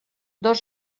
dos